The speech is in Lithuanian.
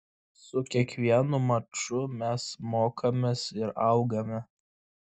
su kiekvienu maču mes mokomės ir augame